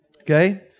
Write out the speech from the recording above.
Okay